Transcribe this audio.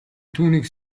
түүнийг